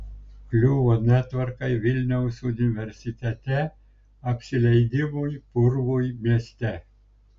kliuvo netvarkai vilniaus universitete apsileidimui purvui mieste